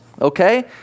okay